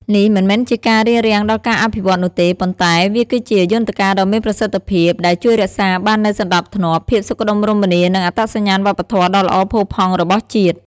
នេះមិនមែនជាការរារាំងដល់ការអភិវឌ្ឍន៍នោះទេ ប៉ុន្តែវាគឺជា យន្តការដ៏មានប្រសិទ្ធភាព ដែលជួយរក្សាបាននូវ សណ្ដាប់ធ្នាប់ ភាពសុខដុមរមនា និងអត្តសញ្ញាណវប្បធម៌ ដ៏ល្អផូរផង់របស់ជាតិ។